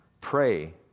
Pray